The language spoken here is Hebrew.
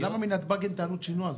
למה מנתב"ג אין את עלות השינוע הזאת?